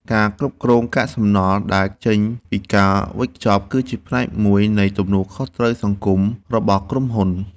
ការគ្រប់គ្រងកាកសំណល់ដែលចេញពីការវេចខ្ចប់គឺជាផ្នែកមួយនៃទំនួលខុសត្រូវសង្គមរបស់ក្រុមហ៊ុន។